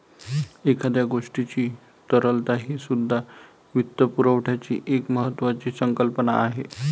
एखाद्या गोष्टीची तरलता हीसुद्धा वित्तपुरवठ्याची एक महत्त्वाची संकल्पना आहे